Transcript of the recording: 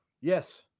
Yes